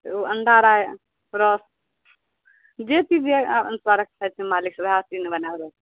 ओ अण्डा राय रस जे चीज अनुस्वारक छै मालिक वहए चीज ने बनाबै